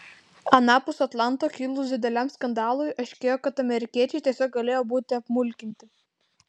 anapus atlanto kilus dideliam skandalui aiškėja kad amerikiečiai tiesiog galėjo būti apmulkinti